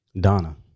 Donna